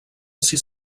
sis